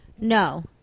No